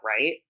right